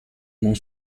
mon